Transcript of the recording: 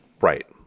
right